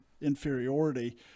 inferiority